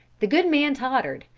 the good man tottered,